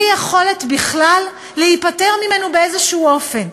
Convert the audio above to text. יכולת בכלל להיפטר ממנו באיזשהו אופן.